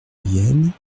yenne